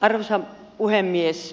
arvoisa puhemies